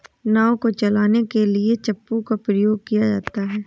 नाव को चलाने के लिए चप्पू का प्रयोग किया जाता है